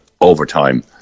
overtime